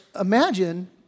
imagine